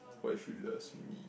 what if you loves me